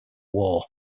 war